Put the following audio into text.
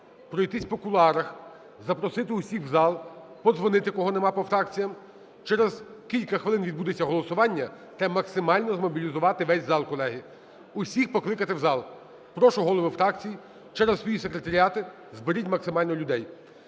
пройтись по кулуарах, запросити усіх в зал, подзвонити кого нема по фракціям. Через кілька хвилин відбудеться голосування, треба максимально змобілізувати весь зал, колеги, усіх покликати в зал. Прошу, голови фракцій, через своїх секретаріати зберіть максимально людей.